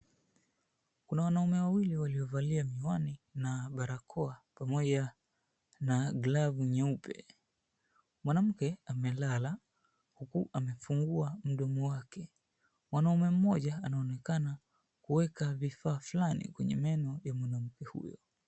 Kuna wanaume wawili waliovalia miwani na barakoa pamoja na glavu nyeupe. Mwanamke amelala huku amefungua mdomo wake. Mwanaume mmoja anaonekana kuweka vifaa flani kwenye mdomo wa mwanamke huyu.